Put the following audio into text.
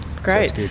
Great